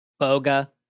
Boga